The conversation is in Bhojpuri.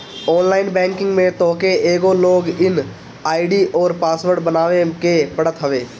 ऑनलाइन बैंकिंग में तोहके एगो लॉग इन आई.डी अउरी पासवर्ड बनावे के पड़त हवे